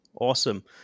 Awesome